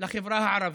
לחברה הערבית.